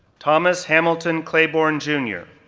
thomas hamilton claiborne, jr,